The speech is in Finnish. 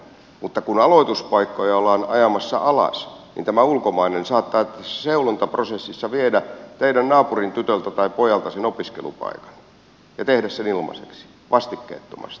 mutta kun aloituspaikkoja ollaan ajamassa alas niin tämä ulkomainen saattaa seulontaprosessissa viedä teidän naapurintytöltä tai pojalta sen opiskelupaikan ja tehdä sen ilmaiseksi vastikkeettomasti